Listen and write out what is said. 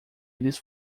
eles